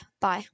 Bye